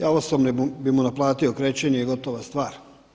Ja osobno bi mu naplatio krečenje i gotova stvar.